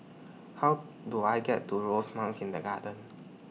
How Do I get to Rosemount Kindergarten